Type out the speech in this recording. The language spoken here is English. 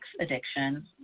addiction